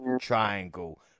Triangle